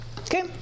okay